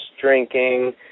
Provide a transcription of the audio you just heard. drinking